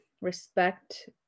respect